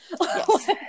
Yes